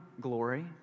glory